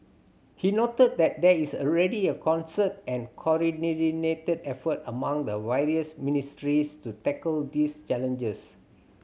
he noted that there is already a concerted and effort among the various ministries to tackle these challenges